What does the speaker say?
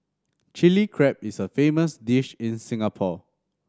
Chilli Crab is a famous dish in Singapore